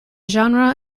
genre